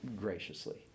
graciously